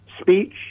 speech